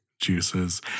juices